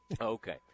Okay